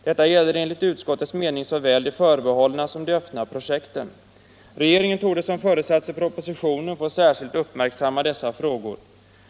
Detta gäller enligt utskottets mening såväl de förbehållna som de öppna projekten. Regeringen torde, som förutsatts i propositionen, få särskilt uppmärksamma dessa frågor.